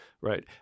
right